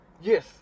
Yes